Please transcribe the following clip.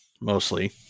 mostly